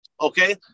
okay